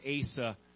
Asa